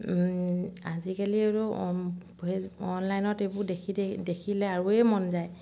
ও আজিকালি এইটো অ অনলাইনত এইবোৰ দেখি দেখিলে আৰুয়ে মন যায়